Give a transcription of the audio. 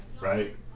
right